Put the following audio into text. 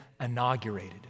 inaugurated